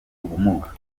ubumuga